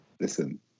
Listen